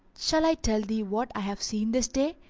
shall i tell thee what i have seen this day?